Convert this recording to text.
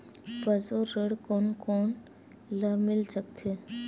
पशु ऋण कोन कोन ल मिल सकथे?